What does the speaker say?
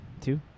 Two